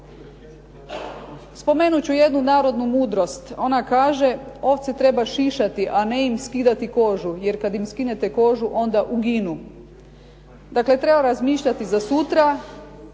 Spomenuti ću jednu narodnu mudrost, ona kaže "ovce treba šišati a ne im skidati kožu", jer kada im skinete kožu onda uginu. Dakle, treba razmišljati za sutra